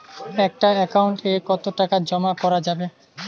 একটা একাউন্ট এ কতো টাকা জমা করা যাবে?